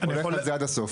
לאכול את זה עד הסוף.